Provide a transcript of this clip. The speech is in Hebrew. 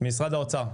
משרד האוצר.